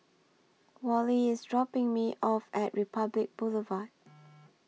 Wally IS dropping Me off At Republic Boulevard